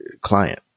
client